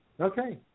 Okay